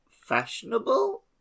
fashionable